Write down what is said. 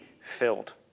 filled